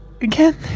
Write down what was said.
again